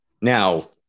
Now